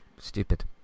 stupid